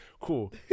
Cool